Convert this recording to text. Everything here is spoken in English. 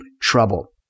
trouble